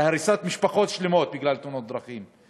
על הריסת משפחות שלמות בגלל תאונות דרכים.